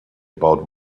about